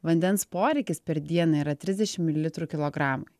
vandens poreikis per dieną yra trisdešimt mililitrų kilogramui